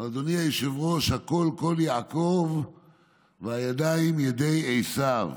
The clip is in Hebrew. אדוני היושב-ראש, הקול קול יעקב והידיים ידי עשו.